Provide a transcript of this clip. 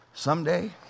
Someday